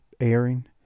airing